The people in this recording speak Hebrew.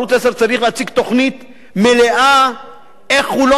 ערוץ-10 צריך להציג תוכנית מלאה איך הוא לא